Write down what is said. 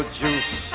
juice